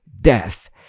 death